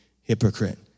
hypocrite